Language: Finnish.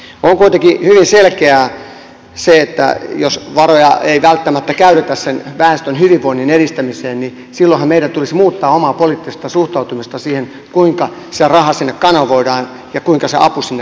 on kuitenkin hyvin selkeää se että jos varoja ei välttämättä käytetä sen väestön hyvinvoinnin edistämiseen niin silloinhan meidän tulisi muuttaa omaa poliittista suhtautumistamme siihen kuinka se raha sinne kanavoidaan ja kuinka se apu sinne toimitetaan